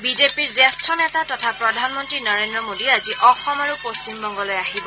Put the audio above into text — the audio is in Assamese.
বিজেপিৰ জ্যেষ্ঠ নেতা তথা প্ৰধানমন্ত্ৰী নৰেন্দ্ৰ মোদী আজি অসম আৰু পশ্চিমবংগলৈ আহিব